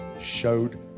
showed